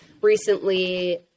recently